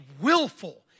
willful